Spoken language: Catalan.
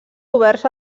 oberts